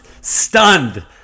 Stunned